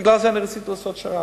בגלל זה רציתי לעשות שר"פ.